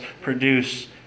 produce